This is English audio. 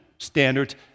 standards